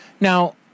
Now